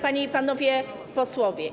Panie i Panowie Posłowie!